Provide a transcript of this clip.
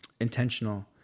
intentional